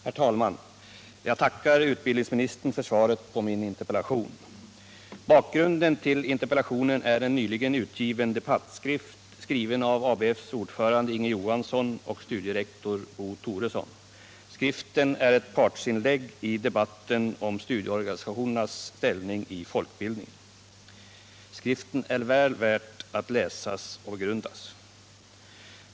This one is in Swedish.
Herr talman! Jag tackar utbildningsministern för svaret på min interpellation. Bakgrunden till interpellationen är en nyligen utgiven debattskrift, skriven av ABF:s ordförande Inge Johansson och studierektor Bo Toresson. Skriften är ett partsinlägg i debatten om studieorganisationernas ställning i folkbildningen. Skriften är väl värd att läsas och begrundas.